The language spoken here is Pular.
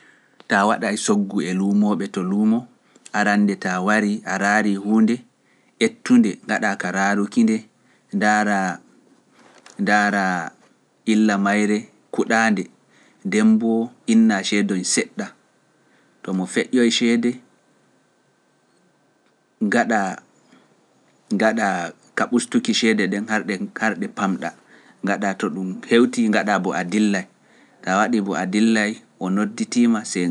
Taa waɗay soggu e luumooɓe to luumo, arande taa wari a raari huunde, ettunde, ngaɗa ka raaruki nde, ndaara illa mayre kuɗaa nde, nden boo inna ceedoyi seɗɗa, to mo feƴƴoyi ceede ngaɗa ka ustuki ceede ɗen, har ɗe pamɗa, to ɗum hewti ngaɗa bo a dillay tawa waɗi bo a dillay o nodditima sey ngara tun timmina